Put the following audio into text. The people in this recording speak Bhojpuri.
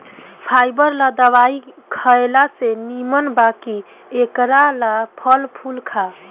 फाइबर ला दवाई खएला से निमन बा कि एकरा ला फल फूल खा